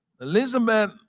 Elizabeth